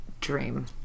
dream